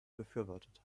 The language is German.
befürwortet